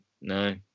No